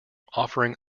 offering